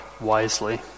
wisely